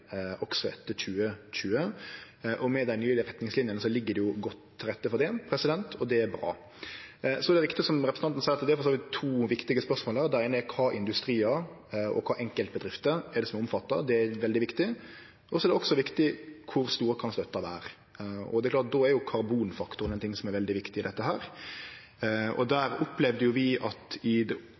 også etter 2020. Med dei nye retningslinjene ligg det jo godt til rette for det, og det er bra. Så er det rett som representanten seier, at det er for så vidt to viktige spørsmål her. Det eine er kva industriar og kva enkeltbedrifter som er omfatta, og det er veldig viktig, og så er det også viktig kor stor støtta kan vere. Det er klart at då er karbonfaktoren ein ting som er veldig viktig i dette. Der opplevde vi at i det